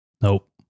Nope